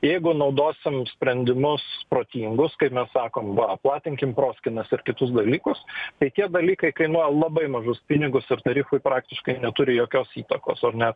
jeigu naudosim sprendimus protingus kaip mes sakom va platinkim proskynas ir kitus dalykus tai tie dalykai kainuoja labai mažus pinigus ir tarifui praktiškai neturi jokios įtakos ar ne